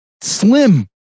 slim